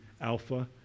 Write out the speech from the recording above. alpha